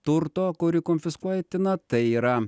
turto kurį konfiskuotina tai yra